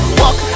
walk